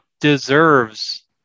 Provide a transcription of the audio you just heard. deserves